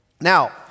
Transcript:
Now